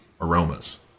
aromas